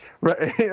Right